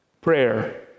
Prayer